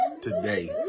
today